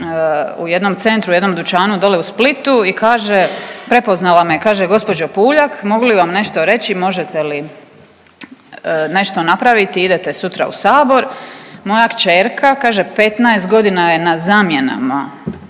u jednom centru, u jednom dućanu dole u Splitu i kaže, prepoznala me, kaže gospođo Puljak mogu li vam nešto reći, možete li nešto napraviti idete sutra u sabor, moja kćerka kaže 15 godina je na zamjenama